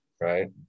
Right